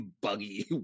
buggy